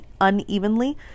unevenly